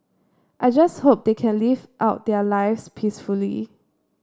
I just hope they can live out their lives peacefully